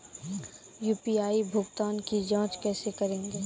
UPI भुगतान की जाँच कैसे करेंगे?